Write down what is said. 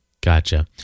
Gotcha